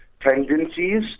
Tendencies